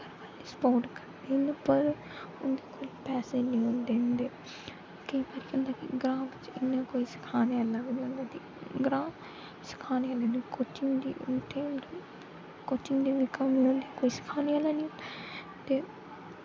support करदे न पर उंदे कोल पैसें निं होंदे केई बारी केह् होंदा ग्रां बिच्च इन्ना कोई सखाने आह्ला बी निं होंदा कि ग्रां सखानें कन्नै कोचिंग बी कोचिंग कोई सखाने आह्ला ते